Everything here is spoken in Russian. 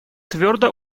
твердо